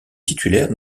titulaire